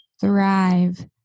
thrive